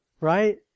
right